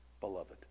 Beloved